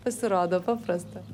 pasirodo paprasta